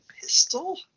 pistol